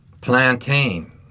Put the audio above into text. plantain